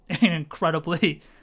incredibly